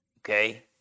okay